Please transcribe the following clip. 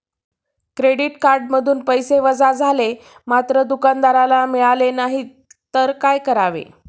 Credit कार्डमधून पैसे वजा झाले मात्र दुकानदाराला मिळाले नाहीत तर काय करावे?